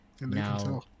Now